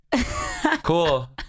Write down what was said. Cool